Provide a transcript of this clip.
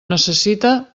necessita